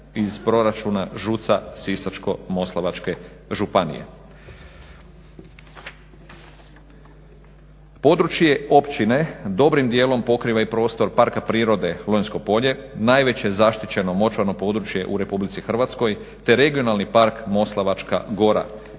iz proračuna Žuca Sisačko-moslavačke županije. Područje općine dobrim dijelom pokriva i prostor parka prirode Lonjsko polje, najveće zaštićeno močvarno područje u RH te regionalni park Moslavačka gora